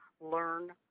learn